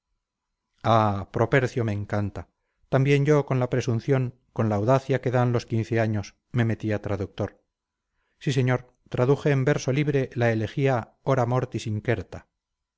propercio me encanta también yo con la presunción con la audacia que dan los quince años me metí a traductor sí señor traduje en verso libre la elegía hora mortis incerta